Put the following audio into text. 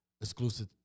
exclusive